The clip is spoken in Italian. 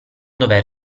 dover